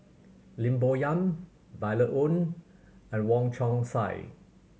Lim Bo Yam Violet Oon and Wong Chong Sai